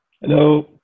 Hello